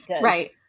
right